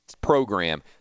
program